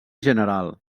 general